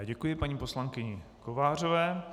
Děkuji paní poslankyni Kovářové.